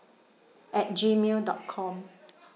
at gmail dot com